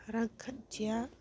रांखान्थिया